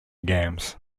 games